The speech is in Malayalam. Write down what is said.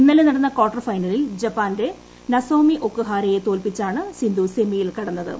ഇന്നലെ നടന്ന ക്വാർട്ടർ ഫൈനലിൽ ജപ്പാന്റെ നസോമി ഒകുഹാരെയെ തോൽപ്പിച്ചാണ് സിന്ധു സെമിയിൽ കടന്നത്